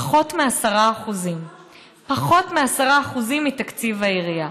הוא פחות מ-10% פחות מ-10% מתקציב העירייה.